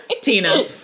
Tina